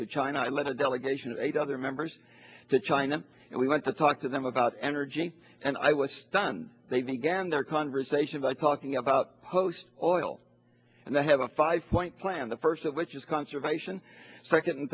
to china i led a delegation of eight other members to china and we want to talk to them about energy and i was stunned they began their conversation by talking about host oil and they have a five point plan the first of which is conservation second